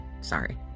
Sorry